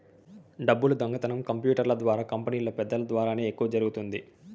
డబ్బులు దొంగతనం కంప్యూటర్ల ద్వారా కంపెనీలో పెద్దల ద్వారానే ఎక్కువ జరుగుతుంది